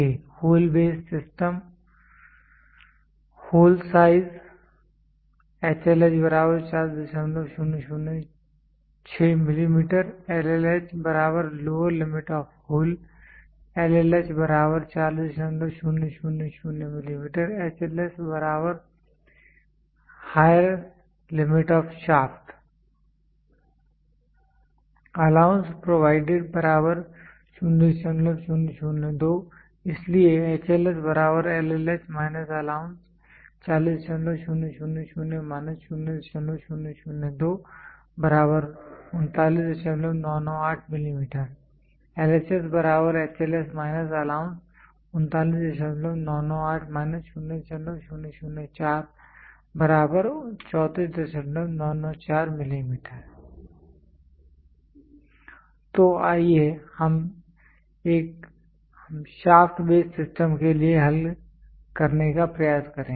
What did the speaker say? • hole based system • hole size HLH 40006 mm LLH lower limit of hole LLH 40000 mm HLS higher limit of shaft allowance provided 0002 mm इसलिए HLS LLH allowance 40000 - 0002 39998 mm LHS HLS - allowance 39998 0004 34994 mm तो आइए हम shaft based system के लिए हल करने का प्रयास करें